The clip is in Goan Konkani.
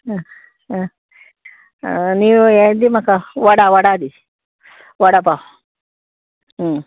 नीव हें दी म्हाका वडा वडा दी वडा पाव